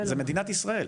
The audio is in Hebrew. זה מדינת ישראל.